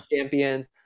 champions